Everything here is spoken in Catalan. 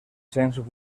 cents